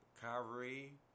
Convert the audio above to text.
Kyrie